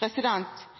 Eg er glad for